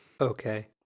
Okay